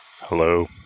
Hello